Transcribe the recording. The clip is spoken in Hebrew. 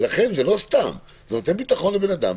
לכן זה לא סתם, זה נותן ביטחון לבן אדם.